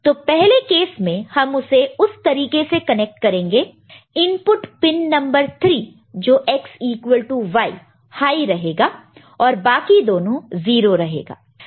तो पहले केस में हम उसे इस तरीके से कनेक्ट करेंगे इनपुट पिन नंबर 3 जो X equal to Y high रहेगा और बाकी दोनों 0 रहेगा